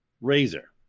Razor